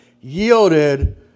yielded